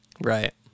Right